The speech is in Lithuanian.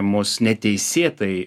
mus neteisėtai